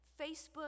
Facebook